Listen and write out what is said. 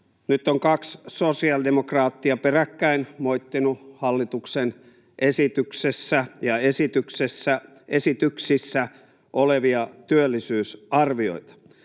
Nyt on kaksi sosiaalidemokraattia peräkkäin moittinut hallituksen esityksessä ja esityksissä olevia työllisyysarvioita.